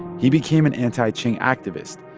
he became an anti-qing activist.